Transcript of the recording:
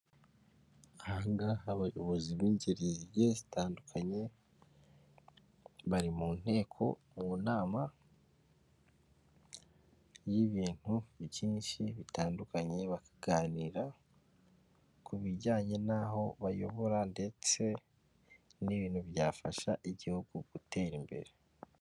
Aha ngaha abayobozi b'ingerige zigiye zitandukanye bari mu nteko, mu nama y'ibintu byinshi bitandukanye bakaganira ku bijyanye n'aho bayobora ndetse n'ibintu byafasha Igihugu gutera imbere.